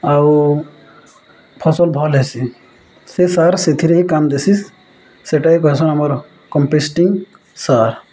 ଆଉ ଫସଲ୍ ଭଲ୍ ହେସି ସେ ସାର୍ ସେଥିରେ ହିଁ କାମ ଦେସି ସେଟା ହି କହିସନ୍ ଆମର କମ୍ପୋଷ୍ଟିଂ ସାର୍